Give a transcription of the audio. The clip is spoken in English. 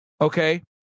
Okay